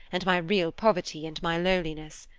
and my real poverty and my lowliness.